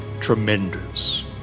Tremendous